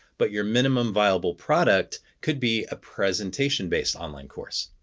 but your minimum viable product could be a presentation based online course.